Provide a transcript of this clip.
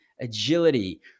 agility